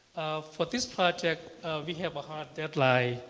for this project we have a hard deadline.